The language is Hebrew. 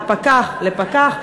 הפקח לפקח,